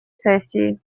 сессии